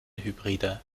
hybride